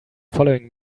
following